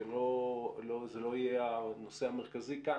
זה לא יהיה הנושא המרכזי כאן,